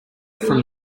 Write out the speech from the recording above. from